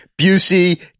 Busey